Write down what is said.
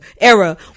era